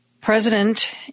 president